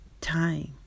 time